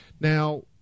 Now